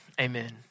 Amen